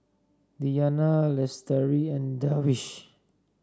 Diyana Lestari and Darwish